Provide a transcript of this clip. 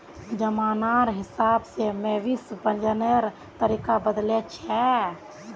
जमानार हिसाब से मवेशी प्रजननेर तरीका बदलछेक